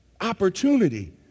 opportunity